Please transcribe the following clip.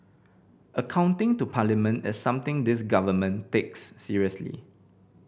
accounting to Parliament is something this Government takes seriously